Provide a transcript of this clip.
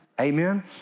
amen